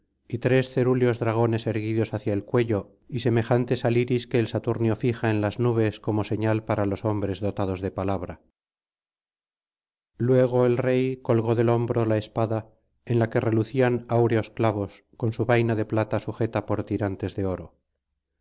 y tres cerúleos dragones erguidos hacia el cuello y semejantes al iris que el saturnio fija en las nubes como señal para los hombres dotados de palabra luego el rey colgó del hombro la espada en la que relucían áureos clavos con su vaina de plata sujeta por tirantes de oro